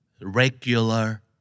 Regular